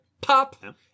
pop